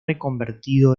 reconvertido